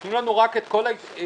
תנו לנו רק את כל ההזדמנות